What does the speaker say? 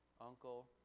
uncle